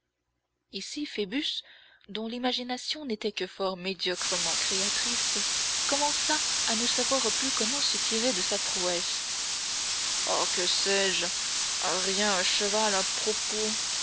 ici phoebus dont l'imagination n'était que fort médiocrement créatrice commença à ne savoir plus comment se tirer de sa prouesse oh que sais-je un rien un cheval un propos